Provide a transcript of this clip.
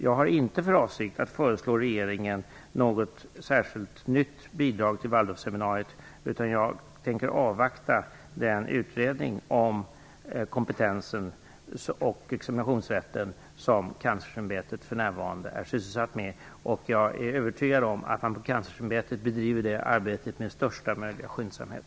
Jag har inte för avsikt att föreslå att regeringen skall ge något särskilt nytt bidrag till Waldorfseminariet, utan jag kommer att avvakta den utredning om kompetensen och examinationsrätten som Kanslersämbetet för närvarande är sysselsatt med. Jag är övertygad om att man på Kanslersämbetet bedriver det arbetet med största möjliga skyndsamhet.